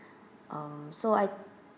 um so I